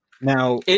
Now